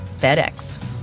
FedEx